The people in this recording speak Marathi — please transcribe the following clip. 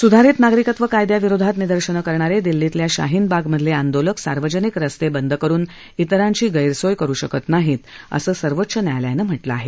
सुधारित नागरिकत्व कायद्याविरोधात निदर्शनं करणारे दिल्लीतल्या शाहीन बागमधले आंदोलक सार्वजनिक रस्ते बंद करून तिरांची गैरसोय करू शकत नाहीत असं सर्वोच्च न्यायालयानं म्हटलं आहे